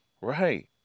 right